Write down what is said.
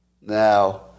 Now